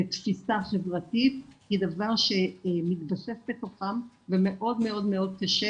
לתפיסה חברתית היא דבר שמתווסף לתוכם ומאוד מאוד קשה,